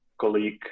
colleague